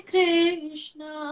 Krishna